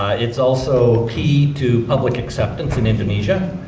it's also key to public acceptance in indonesia.